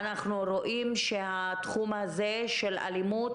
אנחנו רואים שהתחום הזה של אלימות,